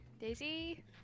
Daisy